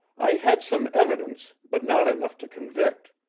i had some evidence, but not enough to convict.